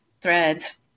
threads